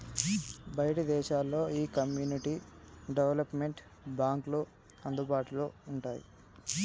బయటి దేశాల్లో నీ ఈ కమ్యూనిటీ డెవలప్మెంట్ బాంక్లు అందుబాటులో వుంటాయి